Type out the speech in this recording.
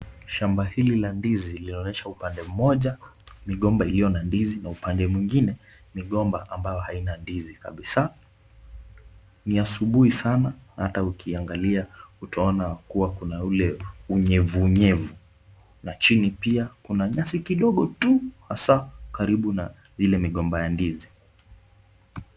Shamba hili la ndizi linaonyesha upande mmoja migomba iliyo na ndizi na upande mwingine migomba ambayo haina ndizi kabisa. Ni asubuhi sana na hata ukiangalia utaona kuwa kuna ule unyevuunyevu na chini pia kuna nyasi kidogo tu, haswa karibu na ile migomba ya ndizi.